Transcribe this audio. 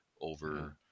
over